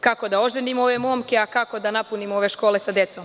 Kako da oženimo ove momke, a kako da napunimo ove škole sa decom?